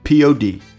POD